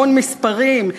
המון מספרים.